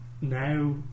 now